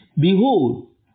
Behold